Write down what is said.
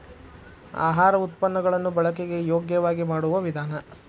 ಆಹಾರ ಉತ್ಪನ್ನ ಗಳನ್ನು ಬಳಕೆಗೆ ಯೋಗ್ಯವಾಗಿ ಮಾಡುವ ವಿಧಾನ